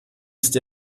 ist